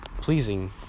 pleasing